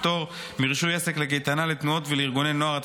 פטור מרישוי עסק לקייטנה לתנועות ולארגוני נוער),